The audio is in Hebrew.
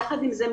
יחד עם זאת,